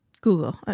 Google